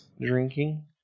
drinking